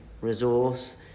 resource